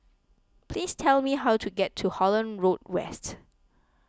please tell me how to get to Holland Road West